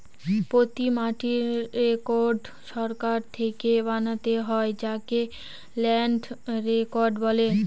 প্রতি মাটির রেকর্ড সরকার থেকে বানাতে হয় যাকে ল্যান্ড রেকর্ড বলে